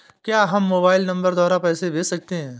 क्या हम mobile number द्वारा पैसे भेज सकते हैं?